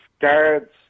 guards